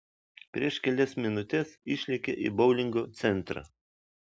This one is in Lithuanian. prieš kelias minutes išlėkė į boulingo centrą